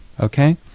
Okay